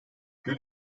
gül